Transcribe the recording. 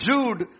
Jude